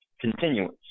continuance